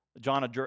John